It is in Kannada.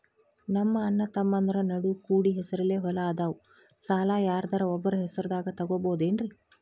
ನಮ್ಮಅಣ್ಣತಮ್ಮಂದ್ರ ನಡು ಕೂಡಿ ಹೆಸರಲೆ ಹೊಲಾ ಅದಾವು, ಸಾಲ ಯಾರ್ದರ ಒಬ್ಬರ ಹೆಸರದಾಗ ತಗೋಬೋದೇನ್ರಿ?